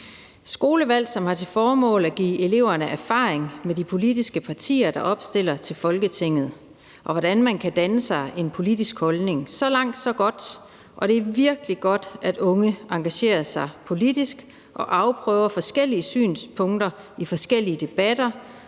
Skolevalget har til formål at give eleverne erfaring med de politiske partier, der opstiller til Folketinget, og hvordan man kan danne sig en politisk holdning. Så langt, så godt, og det er virkelig godt, at unge engagerer sig politisk og afprøver forskellige synspunkter i forskellige debatter,